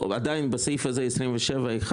ועדיין בסעיף הזה, 27 (1),